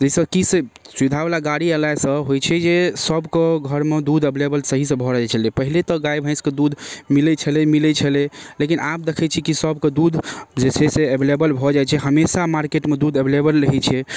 जाहिसँ कि से सुधावला गाड़ी अएलासँ होइ छै जे सभके घरमे दूध एवलेबल सही सँ भऽ रहै छलै पहिले तऽ गाइ भैँसके दूध मिलै छलै मिलै छलै लेकिन आब देखै छी कि सभके दूध जे छै से एवलेबल भऽ जाइ छै हमेशा मार्केटमे दूध एवलेबल रहै छै